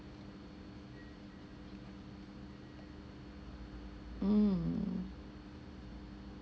mm